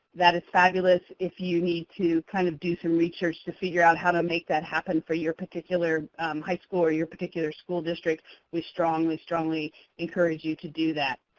that is fabulous. if you need to kind of do some research to figure out how to make that happen for your particular high school or your particular school district, we strongly, strongly encourage you to do that.